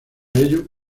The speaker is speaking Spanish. ello